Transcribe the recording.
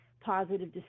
positive